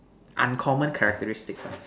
uncommon characteristic ah